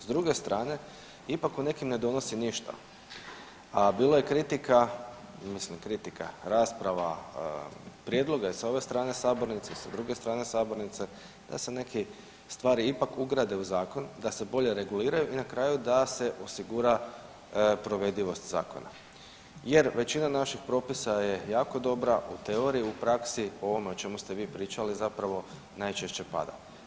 S druge strane ipak u nekim ne donosi ništa, a bilo je kritika odnosno kritika, rasprava prijedloga i s ove strane sabornice i sa druge strane sabornice da se neke stvari ipak ugrade u zakon, da se bolje reguliraju i na kraju da se osigura provedivost zakona jer većina naših propisa je jako dobra u teoriji, u praksi o ovome o čemu ste vi pričali zapravo najčešće pada.